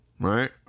right